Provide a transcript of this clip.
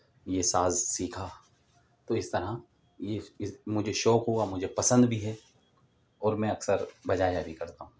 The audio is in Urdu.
یہ ساز سیکھا تو اس طرح یہ مجھے شوق ہوا مجھے پسند بھی ہے اور میں اکثر بجایا بھی کرتا ہوں